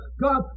God